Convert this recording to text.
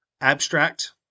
abstract